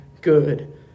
good